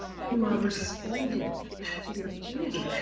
who are responding to the opportunities,